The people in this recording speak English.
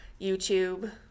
YouTube